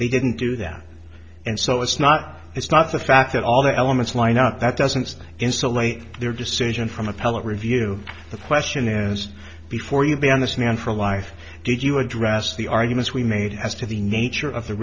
they didn't do them and so it's not it's not the fact that all the elements line up that doesn't insulate their decision from appellate review the question is before you began this man for life did you address the arguments we made as to the nature of the